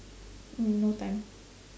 no time